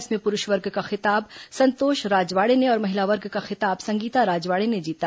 इसमें पुरूष वर्ग का खिताब संतोष राजवाड़े ने और महिला वर्ग का खिताब संगीता राजवाड़े ने जीता